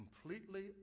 Completely